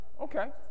Okay